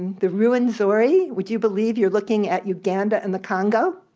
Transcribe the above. the rwenzori. would you believe you're looking at uganda and the congo?